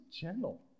gentle